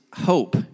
hope